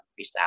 freestyle